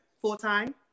full-time